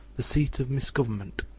the seat of misgovernment.